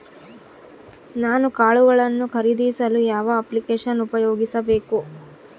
ನಾನು ಕಾಳುಗಳನ್ನು ಖರೇದಿಸಲು ಯಾವ ಅಪ್ಲಿಕೇಶನ್ ಉಪಯೋಗಿಸಬೇಕು?